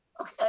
okay